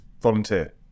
volunteer